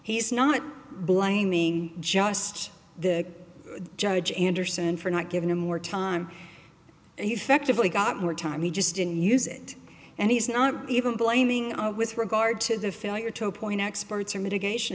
he's not blaming just the judge anderson for not giving him more time he's got more time he just didn't use it and he's not even blaming with regard to the failure to appoint experts or mitigation